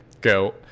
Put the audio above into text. go –